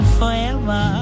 forever